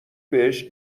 بهش